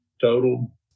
total